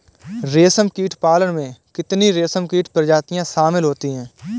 रेशमकीट पालन में कितनी रेशमकीट प्रजातियां शामिल होती हैं?